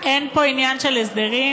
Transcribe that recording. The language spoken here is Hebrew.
אין פה עניין של הסדרים.